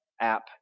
app